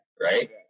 Right